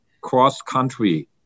cross-country